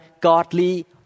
godly